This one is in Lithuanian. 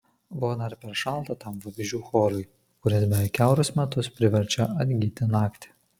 buvo dar per šalta tam vabzdžių chorui kuris beveik kiaurus metus priverčia atgyti naktį